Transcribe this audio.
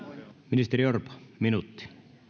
ministeri orpo minuutti